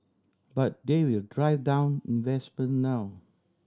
but they will drive down investment now